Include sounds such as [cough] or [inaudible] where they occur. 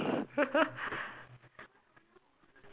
[laughs]